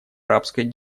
арабской